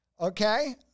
okay